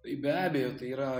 tai be abejo tai yra